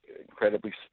incredibly